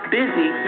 busy